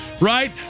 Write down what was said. Right